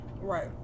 Right